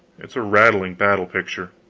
it's a rattling battle-picture.